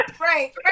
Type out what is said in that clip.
Right